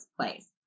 place